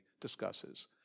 discusses